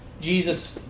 Jesus